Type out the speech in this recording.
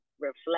reflect